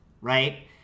right